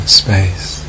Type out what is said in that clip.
space